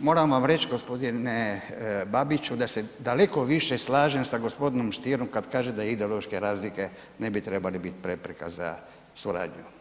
moram vam reći g. Babiću da se daleko više slažem sa g. Stierom kad kaže da ideološke razlike ne bi trebale biti prepreke za suradnju.